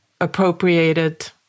appropriated